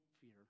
fear